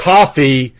Coffee